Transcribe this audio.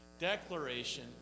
declaration